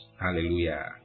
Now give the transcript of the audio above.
Hallelujah